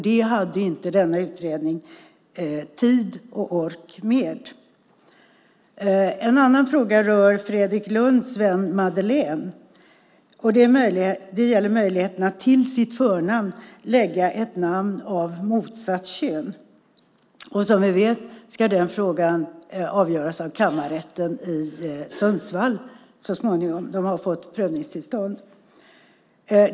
Det hade inte denna utredning tid och ork med. En annan fråga rör Fredrik Lundhs vän Madeleine. Det gäller möjligheten att till sitt förnamn lägga ett namn av motsatt kön. Som vi vet ska den frågan avgöras av Kammarrätten i Sundsvall så småningom. Man har fått prövningstillstånd.